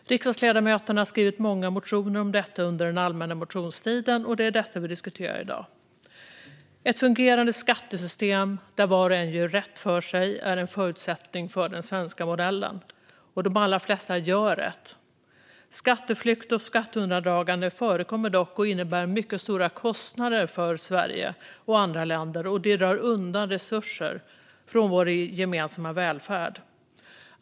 Riksdagsledamöterna har skrivit många motioner om detta under den allmänna motionstiden, och det är dessa vi diskuterar i dag. Ett fungerande skattesystem där var och en gör rätt för sig är en förutsättning för den svenska modellen, och de allra flesta gör rätt för sig. Skatteflykt och skatteundandragande förekommer dock och innebär mycket stora kostnader för Sverige och andra länder, och det drar undan resurser från vår gemensamma välfärd.